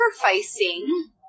sacrificing